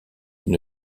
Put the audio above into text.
une